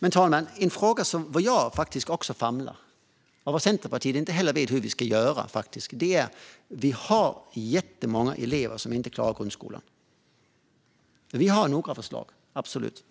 Det finns en fråga där också jag famlar och där Centerpartiet faktiskt inte heller vet hur vi ska göra. Det handlar om att vi har jättemånga elever som inte klarar grundskolan. Vi har dock några förslag, absolut.